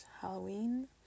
Halloween